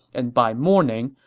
and by morning,